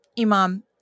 imam